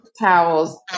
Towels